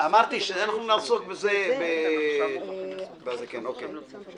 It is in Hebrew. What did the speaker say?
אמרתי שנעסוק בזה בהכנה לקריאה שנייה ושלישית.